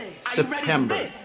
September